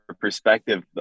perspective